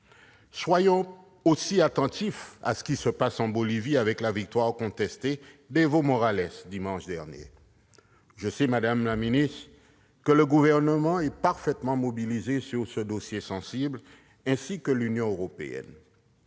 soyons attentifs à ce qui se passe en Bolivie, avec la victoire contestée d'Evo Morales dimanche dernier. Madame la secrétaire d'État, je sais que le Gouvernement est parfaitement mobilisé sur ce dossier sensible, à l'instar de l'Union européenne.